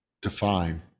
define